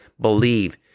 believe